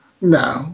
No